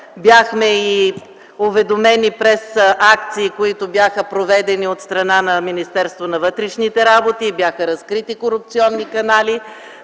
бяхме уведомени през акции, които бяха проведени от страна на Министерството на вътрешните работи, че бяха разкрити корупционни канали.